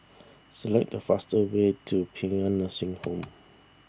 select the fastest way to Paean Nursing Home